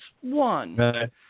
one